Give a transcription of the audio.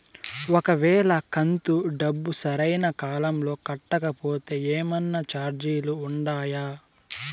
ఒక వేళ కంతు డబ్బు సరైన కాలంలో కట్టకపోతే ఏమన్నా చార్జీలు ఉండాయా?